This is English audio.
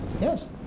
Yes